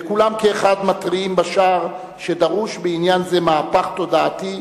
וכולם כאחד מתריעים בשער שדרוש בעניין זה מהפך תודעתי,